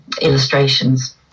illustrations